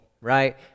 right